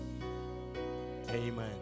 Amen